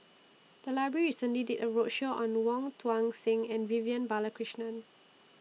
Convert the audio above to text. The Library recently did A roadshow on Wong Tuang Seng and Vivian Balakrishnan